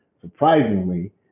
surprisingly